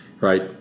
right